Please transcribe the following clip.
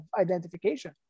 identification